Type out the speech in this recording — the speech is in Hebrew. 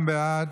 שיימנע.